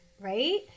right